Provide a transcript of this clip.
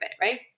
Right